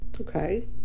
Okay